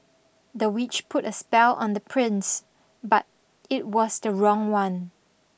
the witch put a spell on the prince but it was the wrong one